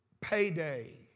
Payday